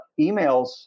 emails